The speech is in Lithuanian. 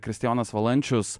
kristijonas valančius